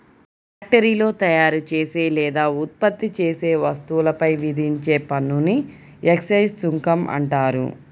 ఫ్యాక్టరీలో తయారుచేసే లేదా ఉత్పత్తి చేసే వస్తువులపై విధించే పన్నుని ఎక్సైజ్ సుంకం అంటారు